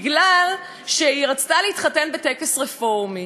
מפני שהיא רצתה להתחתן בטקס רפורמי.